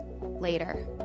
later